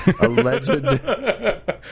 Alleged